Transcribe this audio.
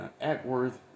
Atworth